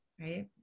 right